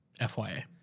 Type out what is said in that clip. Fya